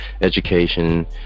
education